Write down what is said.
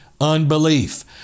Unbelief